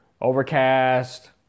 Overcast